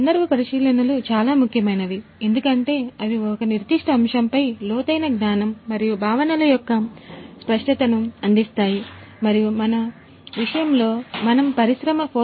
సందర్భ పరిశీలనలు చాలా ముఖ్యమైనవి ఎందుకంటే అవి ఒక నిర్దిష్ట అంశంపై లోతైన జ్ఞానం మరియు భావనల యొక్క స్పష్టతను అందిస్తాయి మరియు మన న విషయంలో మనము పరిశ్రమ 4